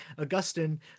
Augustine